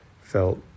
felt